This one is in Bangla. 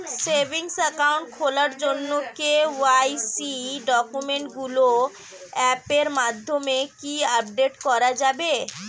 সেভিংস একাউন্ট খোলার জন্য কে.ওয়াই.সি ডকুমেন্টগুলো অ্যাপের মাধ্যমে কি আপডেট করা যাবে?